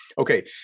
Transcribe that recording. Okay